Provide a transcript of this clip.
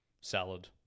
salad